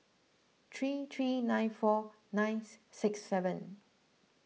three three nine four ninth six seven